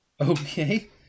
Okay